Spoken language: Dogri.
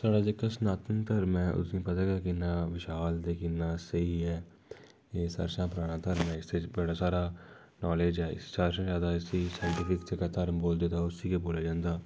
साढ़ा जेह्का सनातन धर्म ऐ उसी कदें विशाल ते किन्ना स्हेई ऐ एह् सारें शा पराना धर्म ऐ इस च बड़ा सारा नॉलेज ऐ इस सारे शा ज्यादा इसी साइंटफिक जेह्का धर्म बोलदे तां उसी गै बोलेआ जंदा